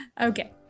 Okay